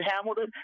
Hamilton